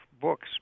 Books